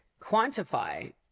quantify